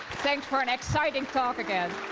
thanks for an exciting talk again.